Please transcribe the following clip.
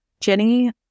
Jenny